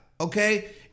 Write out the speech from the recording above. Okay